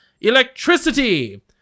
Electricity